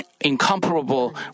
incomparable